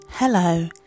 Hello